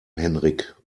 henrik